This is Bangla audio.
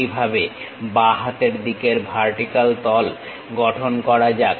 একইভাবে বাঁ হাতের দিকের ভার্টিক্যাল তল গঠন করা যাক